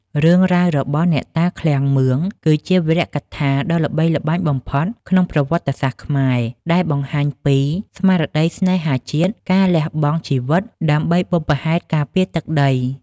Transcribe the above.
រឿងរ៉ាវរបស់ អ្នកតាឃ្លាំងមឿង គឺជាវីរកថាដ៏ល្បីល្បាញបំផុតក្នុងប្រវត្តិសាស្ត្រខ្មែរ ដែលបង្ហាញពីស្មារតីស្នេហាជាតិ និងការលះបង់ជីវិតដើម្បីបុព្វហេតុការពារទឹកដី។